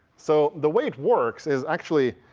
so the way it works is actually